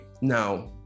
Now